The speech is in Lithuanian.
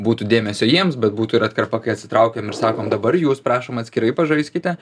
būtų dėmesio jiems bet būtų ir atkarpa kai atsitraukiam ir sakom dabar jūs prašom atskirai pažaiskite